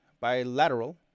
bilateral